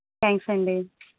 thanks అండి